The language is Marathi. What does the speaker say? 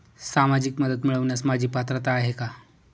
सामाजिक मदत मिळवण्यास माझी पात्रता आहे का?